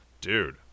dude